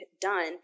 done